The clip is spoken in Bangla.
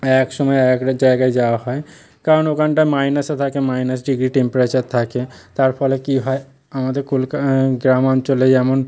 এ এক সময় এ একটা জায়গায় যাওয়া হয় কারণ ওখানটা মাইনাসে থাকে মাইনাস ডিগ্রি টেম্পারেচার থাকে তার ফলে কি হয় আমাদের কলকা গ্রাম অঞ্চলে যেমন